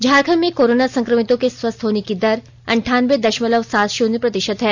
झारखंड में कोरोना संकमितों के स्वस्थ होने की दर अंठानब्बे दशमलव सात शून्य प्रतिशत है